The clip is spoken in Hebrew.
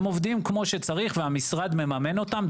והם עובדים כמו שצריך והמשרד מממן אותם.